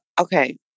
okay